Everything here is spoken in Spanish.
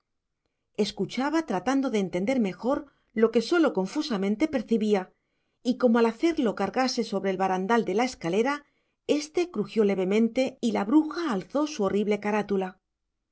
escuchaba tratando de entender mejor lo que sólo confusamente percibía y como al hacerlo cargase sobre el barandal de la escalera éste crujió levemente y la bruja alzó su horrible carátula